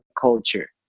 culture